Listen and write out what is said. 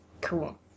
Cool